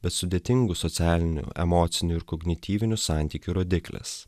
bet sudėtingų socialinių emocinių ir kognityvinių santykių rodiklis